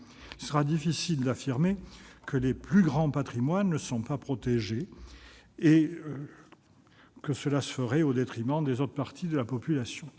Il sera difficile d'affirmer que les plus grands patrimoines ne sont pas protégés, ce au détriment des autres parties de la population.